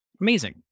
Amazing